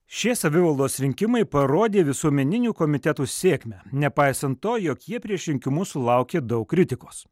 šie savivaldos rinkimai parodė visuomeninių komitetų sėkmę nepaisant to jog jie prieš rinkimus sulaukė daug kritikos